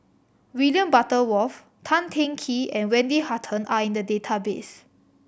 William Butterworth Tan Teng Kee and Wendy Hutton are in the database